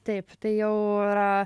taip tai jau yra